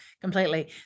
completely